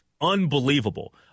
unbelievable